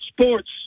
sports